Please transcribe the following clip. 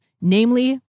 namely